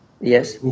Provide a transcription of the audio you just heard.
Yes